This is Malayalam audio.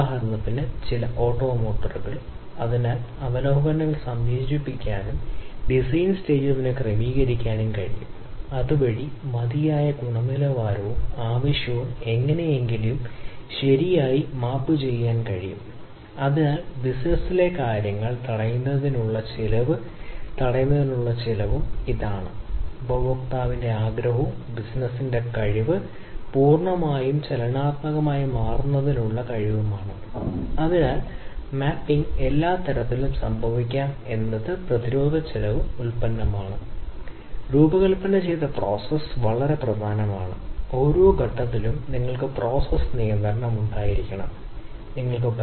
ഉദാഹരണത്തിന് ഒരു ഓട്ടോമോട്ടീവ് അസംബ്ലിയുമായി ബന്ധപ്പെട്ട ഇനിപ്പറയുന്ന ചോദ്യം പറയട്ടെ ഡിസൈൻ ലെവൽ സിസ്റ്റത്തിൽ നന്നായി അഭിസംബോധന ചെയ്യണം ഉദാഹരണത്തിന് ഒരാൾക്ക് അത് ചെയ്യണം ആന്തരിക ജ്വലന എഞ്ചിൻ അലുമിനിയം അല്ലെങ്കിൽ കാസ്റ്റ് ഇരുമ്പ് ഉപയോഗിച്ച് നിർമ്മിക്കുന്നു നിങ്ങൾക്ക് അറിയാവുന്ന ആന്റി ലോക്ക് ബ്രേക്കിംഗ് സിസ്റ്റത്തിന്റെ ഈ അധിക സുരക്ഷ ഉള്ളതിനാൽ ഇത് ഉപയോഗിച്ച അടിസ്ഥാന മെറ്റീരിയലുകളുമായി ബന്ധപ്പെട്ട അടിസ്ഥാന ചോദ്യങ്ങൾ അല്ലെങ്കിൽ ഉപയോഗിച്ച ഉപ അസംബ്ലികൾ രൂപകൽപ്പനയിൽ ഈ സിസ്റ്റം രൂപകൽപ്പനയിൽ ലെവലിൽ അഭിസംബോധന ചെയ്യേണ്ടതുണ്ട്